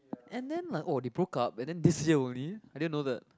and then like oh they broke up and then this year only I didn't know that